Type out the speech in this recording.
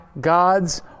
gods